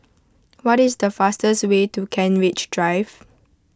what is the fastest way to Kent Ridge Drive